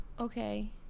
Okay